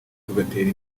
tugatera